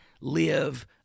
live